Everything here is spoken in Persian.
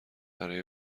برای